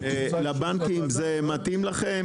לבנקים, זה מתאים לכם